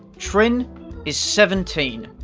trin is seventeen.